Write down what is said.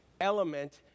element